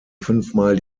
fünfmal